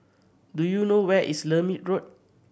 do you know where is Lermit Road